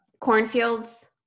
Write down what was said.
Cornfields